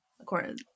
According